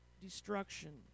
destruction